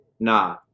Nah